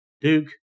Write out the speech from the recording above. Duke